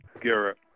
Garrett